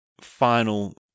final